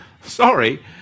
sorry